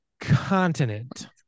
continent